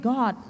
God